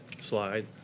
slide